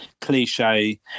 cliche